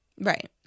Right